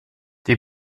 die